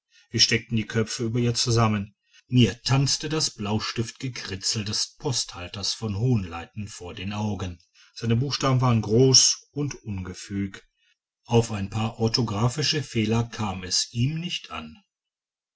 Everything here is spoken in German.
wir steckten die köpfe über ihr zusammen mir tanzte das blaustiftgekritzel des posthalters von höhenleiten vor den augen seine buchstaben waren groß und ungefüg auf ein paar orthographische fehler kam es ihm nicht an